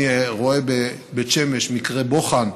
אני רואה בבית שמש מקרה בוחן